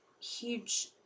huge